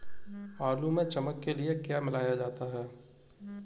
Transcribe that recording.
आलू में चमक के लिए क्या मिलाया जाता है?